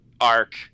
arc